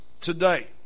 today